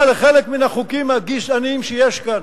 מדברת על חוק ה"נכבה" כדוגמה לחלק מן החוקים הגזעניים שיש כאן.